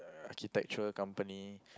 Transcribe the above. architectural company